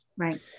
Right